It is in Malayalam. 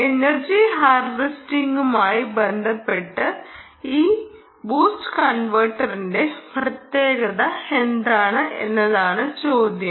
എനർജി ഹാർവെസ്റ്റിംഗുമായി ബന്ധപ്പെട്ട് ഈ ബൂസ്റ്റ് കൺവെർട്ടറിന്റെ പ്രത്യേകത എന്താണ് എന്നതാണ് ചോദ്യം